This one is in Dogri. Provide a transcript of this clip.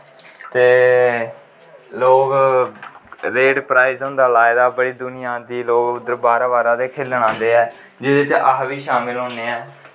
ते लोक रेट प्राईंज़ होंदा लाए दा दुनियां आंदी लोक बाह्रा बाह्र दे खेलन आंदे ऐ जेह्दे च अस बी शामल होन्ने आं